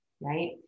right